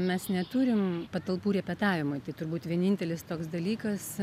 mes neturim patalpų repetavimui tai turbūt vienintelis toks dalykas